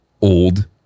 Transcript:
old